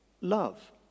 love